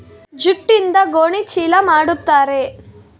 ಜೂಟ್ಯಿಂದ ಗೋಣಿ ಚೀಲ ಮಾಡುತಾರೆ